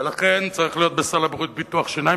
ולכן, צריך להיות בסל הבריאות ביטוח שיניים.